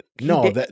No